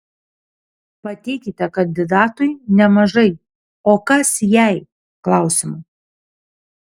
pateikite kandidatui nemažai o kas jei klausimų